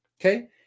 Okay